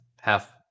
half